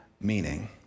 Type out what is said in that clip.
meaning